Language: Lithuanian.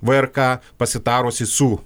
vrk pasitarusi su